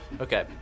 Okay